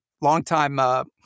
longtime